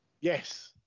Yes